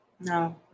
No